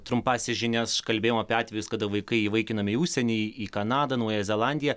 trumpąsias žinias aš kalbėjom apie atvejus kada vaikai įvaikinami į užsienį į kanadą naująją zelandiją